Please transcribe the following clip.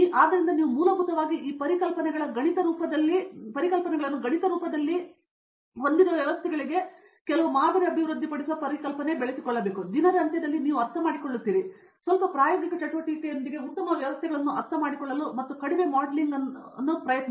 ಆದ್ದರಿಂದ ನೀವು ಮೂಲಭೂತವಾಗಿ ಈ ಪರಿಕಲ್ಪನೆಗಳ ಗಣಿತ ರೂಪದಲ್ಲಿ ನೀವು ಹೊಂದಿರುವ ವ್ಯವಸ್ಥೆಗಳಿಗೆ ಕೆಲವು ಮಾದರಿಗಳನ್ನು ಅಭಿವೃದ್ಧಿಪಡಿಸುವ ಪರಿಕಲ್ಪನೆಗಳನ್ನು ದಿನದ ಅಂತ್ಯದಲ್ಲಿ ನೀವು ಅರ್ಥಮಾಡಿಕೊಳ್ಳುತ್ತೀರಿ ಮತ್ತು ನಂತರ ಸ್ವಲ್ಪ ಪ್ರಾಯೋಗಿಕ ಚಟುವಟಿಕೆಯೊಂದಿಗೆ ಉತ್ತಮ ವ್ಯವಸ್ಥೆಗಳನ್ನು ಅರ್ಥಮಾಡಿಕೊಳ್ಳಲು ಮತ್ತು ಕಡಿಮೆ ಮಾಡೆಲಿಂಗ್ ಪ್ರಯತ್ನಿಸಿ